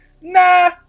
Nah